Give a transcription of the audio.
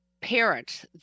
parent